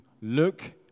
look